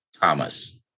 Thomas